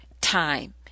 time